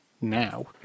now